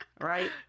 Right